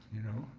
you know.